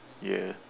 ya